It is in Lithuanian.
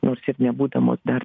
nors ir nebūdamos dar